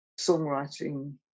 songwriting